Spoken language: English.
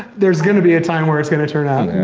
there's gonna be a time where it's gonna turn out,